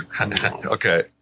Okay